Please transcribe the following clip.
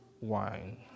wine